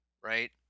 right